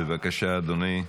בבקשה, אדוני.